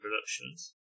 Productions